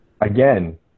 again